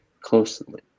closely